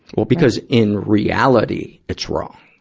well, because in reality, it's wrong.